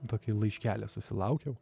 tokį laiškelį susilaukiau